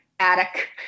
attic